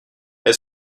est